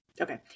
Okay